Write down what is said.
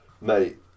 mate